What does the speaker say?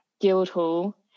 Guildhall